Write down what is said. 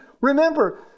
Remember